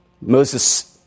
Moses